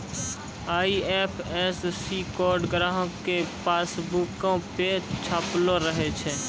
IFSC code ग्राहको के पासबुको पे छपलो रहै छै